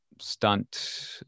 stunt